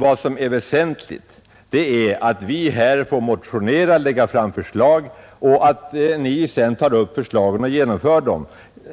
Vad som är väsentligt är att vi här får motionera och lägga fram förslag och att ni sedan tar upp förslagen och genomför dem.